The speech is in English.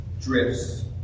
drifts